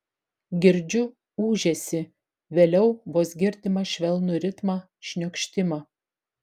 girdžiu ūžesį vėliau vos girdimą švelnų ritmą šniokštimą